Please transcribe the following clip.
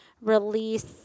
Release